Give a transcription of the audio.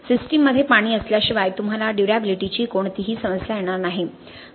सिस्टममध्ये पाणी असल्याशिवाय तुम्हाला ड्युर्याबिलिटीची कोणतीही समस्या येणार नाही